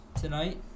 tonight